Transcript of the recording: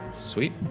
Sweet